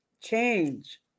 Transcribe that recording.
Change